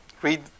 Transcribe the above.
Read